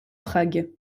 prague